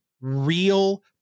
real